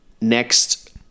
next